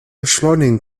beschleunigen